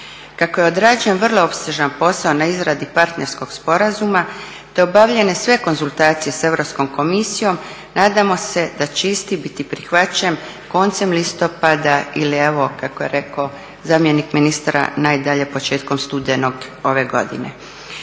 Kako je odrađen vrlo opsežan posao na izradi partnerskog sporazuma te obavljene sve konzultacije sa Europskom komisijom nadamo se da će isti biti prihvaćen koncem listopada ili evo kako je rekao zamjenik ministra najdalje početkom studenog ove godine.